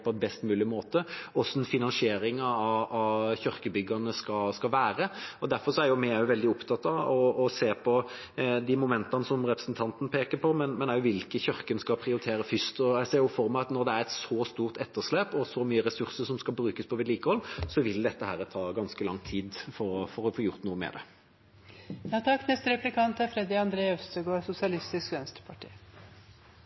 på best en mulig måte, hvordan finansieringen av kirkebyggene skal være. Derfor er vi også veldig opptatt av å se på de momentene som representanten peker på, og også hvilke kirker en skal prioritere først. Jeg ser for meg at når det er et så stort etterslep og så mye ressurser som skal brukes til vedlikehold, vil det ta ganske lang tid å få gjort noe med